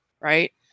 right